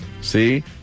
See